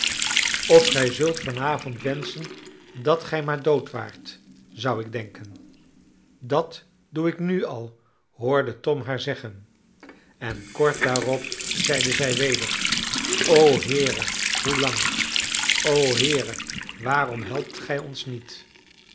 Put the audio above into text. of gij zult van avond wenschen dat gij maar dood waart zou ik denken dat doe ik nu al hoorde tom haar zeggen en kort daarop zeide zij weder o heere hoelang o heere waarom helpt gij ons niet